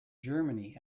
germany